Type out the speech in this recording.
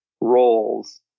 roles